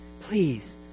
Please